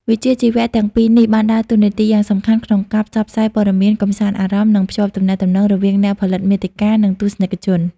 វិជ្ជាជីវៈទាំងពីរនេះ បានដើរតួនាទីយ៉ាងសំខាន់ក្នុងការផ្សព្វផ្សាយព័ត៌មាន កម្សាន្តអារម្មណ៍ និងភ្ជាប់ទំនាក់ទំនងរវាងអ្នកផលិតមាតិកា និងទស្សនិកជន។